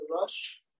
rush